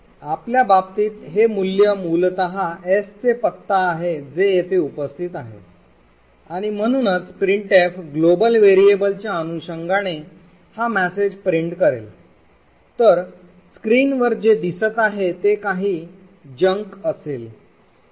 तर आपल्या बाबतीत हे मूल्य मूलत s चे पत्ता आहे जे येथे उपस्थित आहे आणि म्हणूनच printf ग्लोबल व्हेरिएबल च्या अनुषंगाने हा मेसेज प्रिंट करेल तर स्क्रीनवर जे दिसत आहे ते काही जंक असेल